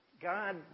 God